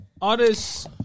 artists